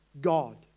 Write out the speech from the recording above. God